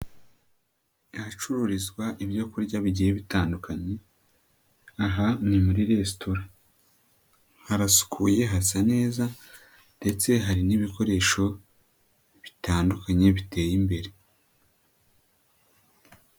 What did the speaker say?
Ahacururizwa ibyo kurya bigiye bitandukanye, aha ni muri resitora. Harasukuye, hasa neza ndetse hari n'ibikoresho bitandukanye, biteye imbere.